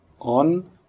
on